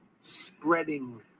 spreading